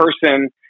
person